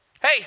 hey